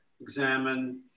examine